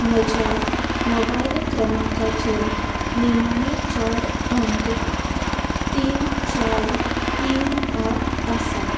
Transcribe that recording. म्हज्या मोबायल क्रमांकाचे निमाणें चार अंक तीन चार तीन आठ आसात